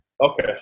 Okay